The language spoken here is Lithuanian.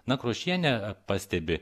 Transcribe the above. nakrošienė pastebi